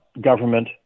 government